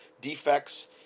defects